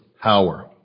power